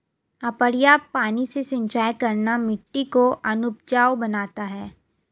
अपर्याप्त पानी से सिंचाई करना मिट्टी को अनउपजाऊ बनाता है